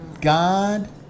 God